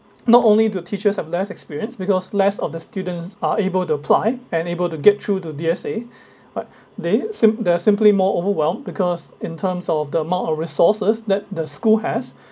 not only the teachers have less experience because less of the students are able to apply unable to get through to D_S_A but they sim~ they are simply more overwhelmed because in terms of the amount of resources that the school has